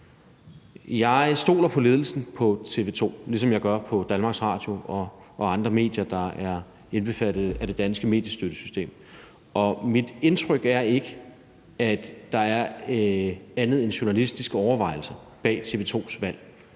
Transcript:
Jeg stoler på ledelsen på TV 2, ligesom jeg gør på Danmarks Radio og andre medier, der er indbefattet af det danske mediestøttesystem. Mit indtryk er ikke, at der er andet end journalistiske overvejelser bag TV 2's valg.